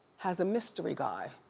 has a mystery guy.